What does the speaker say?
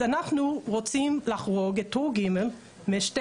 אז אנחנו רוצים לחרוג את טור ג' משתי